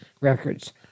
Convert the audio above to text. records